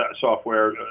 software